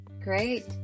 Great